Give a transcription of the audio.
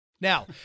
Now